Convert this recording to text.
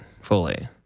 fully